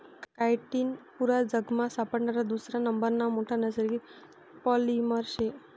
chitin पुरा जगमा सापडणारा दुसरा नंबरना मोठा नैसर्गिक पॉलिमर शे